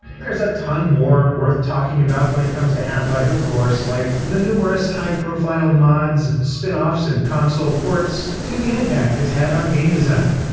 there's a ton more worth talking about when it comes to half-life of course, like the numerous high-profile mods, spin-offs, and console ports, to the impact it's had on game design,